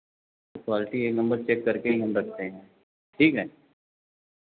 तो क्वालिटी एक number check करके ही हम रखते हैं ठीक है